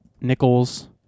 nickels